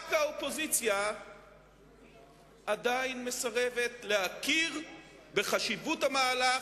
רק האופוזיציה עדיין מסרבת להכיר בחשיבות המהלך,